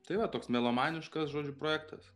tai va toks melomaniškas žodžių projektas